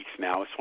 now